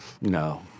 No